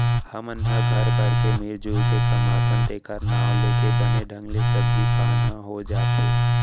हमन ह घर भर के मिरजुर के कमाथन तेखर नांव लेके बने ढंग ले सब्जी पान ह हो जाथे